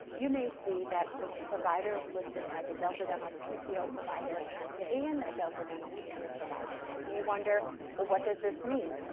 you may see that a provider is listed as a delta dental ppo provider and a delta dental premier provider and you may wonder, well what does this mean?